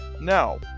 now